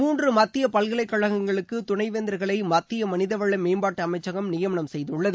மூன்று மத்திய பல்கலைக்கழகங்களுக்கு துணைவேந்தர்களை மத்திய மனிதவள மேம்பாட்டு அமைச்சகம் நியமனம் செய்துள்ளது